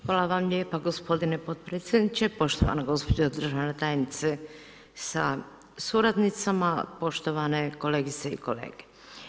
Hvala vam lijepa gospodine potpredsjedniče, poštovana gospođo državna tajnice sa suradnicama, poštovane kolegice i kolege.